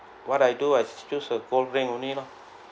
what I do I fill a cold drink only lah